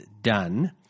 done